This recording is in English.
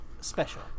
special